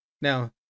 Now